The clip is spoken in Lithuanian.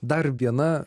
dar viena